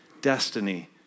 destiny